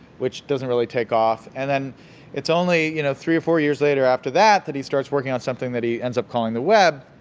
which doesn't really take off and then it's only you know three or four years later after that, that he starts working on something that he ends up calling the web.